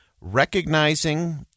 recognizing